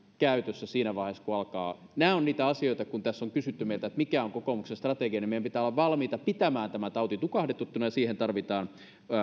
käytössä siinä vaiheessa kun alkaa nämä ovat niitä asioita kun tässä on kysytty meiltä mikä on kokoomuksen strategia meidän pitää olla valmiita pitämään tämä tauti tukahdutettuna ja siihen tarvitaan